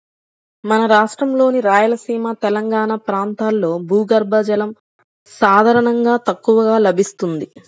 మన రాష్ట్రంలోని రాయలసీమ, తెలంగాణా ప్రాంతాల్లో భూగర్భ జలం సాధారణంగా తక్కువగా లభిస్తుంది